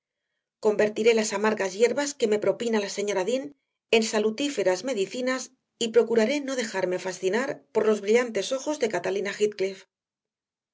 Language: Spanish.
convertiré las amargas hierbas que me propina la señora dean en salutíferas medicinas y procuraré no dejarme fascinar por los brillantes ojos de catalina